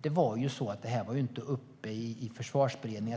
Det var ju så, försvarsministern, att detta inte var uppe i Försvarsberedningen.